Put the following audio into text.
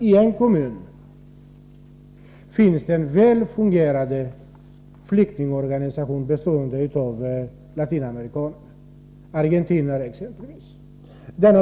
I en kommun finns en väl fungerande flyktingorganisation bestående av latinamerikaner, t.ex. argentinare.